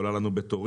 עולה לנו בתורים,